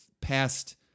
past